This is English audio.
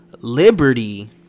liberty